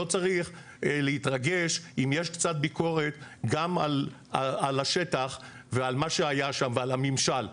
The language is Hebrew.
לא צריך להתרגש אם יש קצת ביקורת גם על השטח ועל מה שהיה שם ועל הממשל.